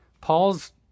Paul's